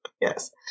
Yes